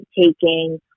taking